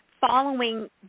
following